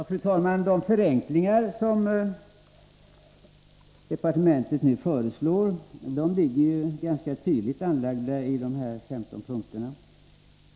Fru talman! De förenklingar som departementschefen nu föreslår finns ganska tydligt angivna i de femton punkterna.